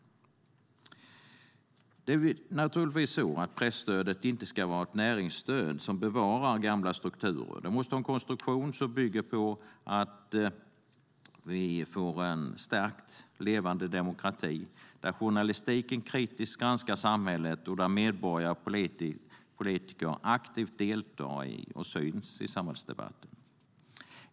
Presstödet ska naturligtvis inte vara ett näringsstöd som bevarar gamla strukturer. Det måste ha en konstruktion som bygger på att vi får en stärkt levande demokrati där journalistiken kritiskt granskar samhället och där medborgare och politiker aktivt deltar och syns i samhällsdebatten.